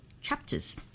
chapters